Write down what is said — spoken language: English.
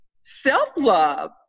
Self-love